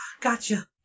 Gotcha